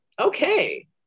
Okay